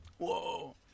Whoa